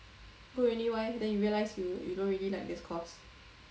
go uni why then you realise you you don't really like this course